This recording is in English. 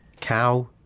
cow